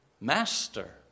master